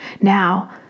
Now